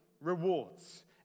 rewards